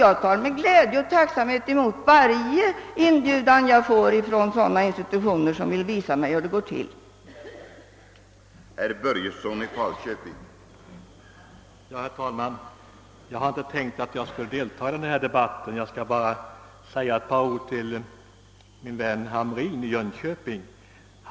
Jag tar med glädje och tacksamhet emot varje inbjudan jag får från sådana institutioner som vill visa mig hur deras arbete går till.